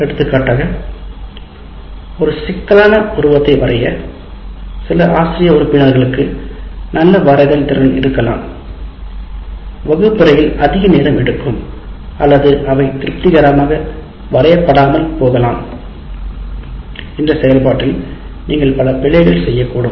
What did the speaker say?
எடுத்துக்காட்டாக ஒரு சிக்கலான உருவத்தை வரைய சில ஆசிரிய உறுப்பினர்களுக்கு நல்ல வரைதல் திறன் இருக்கலாம் வகுப்பறையில் அதிக நேரம் எடுக்கும் அல்லது அவை திருப்திகரமாக வரையப்படாமல் போகலாம் இந்த செயல்பாட்டில் நீங்கள் பல பிழைகள் செய்யக்கூடும்